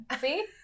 See